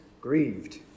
grieved